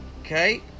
Okay